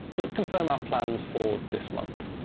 let's confirm our plans for this month.